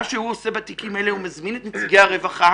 מה שהוא עושה בתיקים האלה הוא מזמין את נציגי הרווחה,